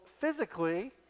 physically